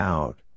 Out